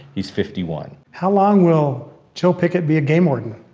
he's fifty one. how long will joe pickett be a game warden?